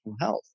health